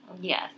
Yes